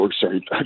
sorry